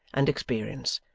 and experience,